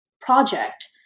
project